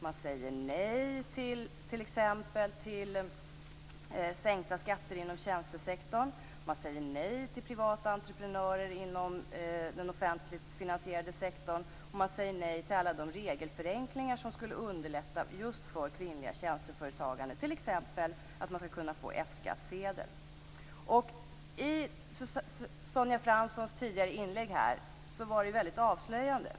Man säger nej till t.ex. sänkta skatter inom tjänstesektorn. Man säger nej till privata entreprenörer inom den offentligt finansierade sektorn. Man säger nej till alla de regelförenklingar som skulle underlätta just för kvinnligt tjänsteföretagande, t.ex. att man skall kunna få F Sonja Franssons tidigare inlägg var mycket avslöjande.